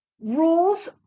Rules